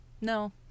No